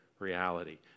reality